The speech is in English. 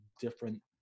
different